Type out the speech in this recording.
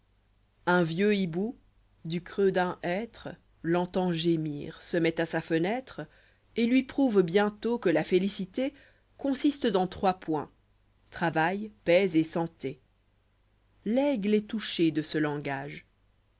un vieux hibou du creux d'un hêtre l'entend gémir se met à sa fenêtre el lui prouve bientôt que la félicité consiste dans trois points travail paix et snma l'aigle est touché de ce langage